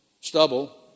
stubble